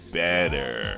better